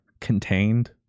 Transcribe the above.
contained